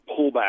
pullback